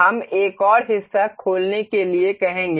हम एक और हिस्सा खोलने के लिए कहेंगे